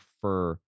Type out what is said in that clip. prefer